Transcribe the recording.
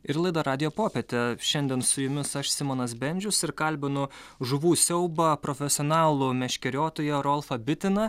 ir laida radijo popietė šiandien su jumis aš simonas bendžius ir kalbinu žuvų siaubą profesionalo meškeriotoją rolfą bitiną